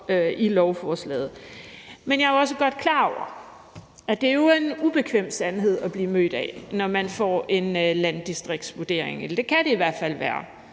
i lovforslaget. Men jeg er også godt klar over, at det jo er en ubekvem sandhed at blive mødt af, når man får en landdistriktsvurdering, eller det kan det i hvert fald være.